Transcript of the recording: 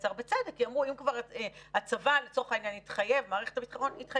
יצר בצדק כי אמרו שאם הצבא ומערכת הביטחון התחייבו,